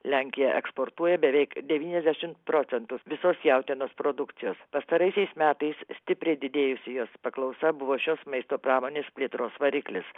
lenkija eksportuoja beveik devyniasdešimt procentų visos jautienos produkcijos pastaraisiais metais stipriai didėjusi jos paklausa buvo šios maisto pramonės plėtros variklis